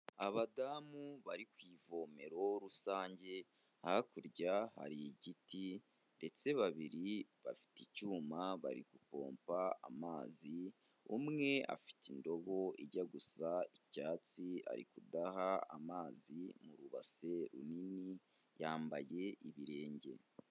Abadamu bari ku ivomero rusange, hakurya hari igiti ndetse babiri bafite icyuma bari gupomba amazi, umwe afite indobo ijya gusa icyatsi ari kudaha amazi mu rubase runini, yambaye ibirenge.